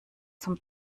zum